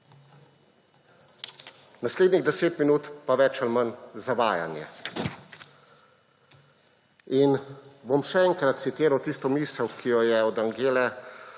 naslednjih 10 minut pa več ali manj zavajanje. Bom še enkrat citiral tisto misel, ki jo je od Angele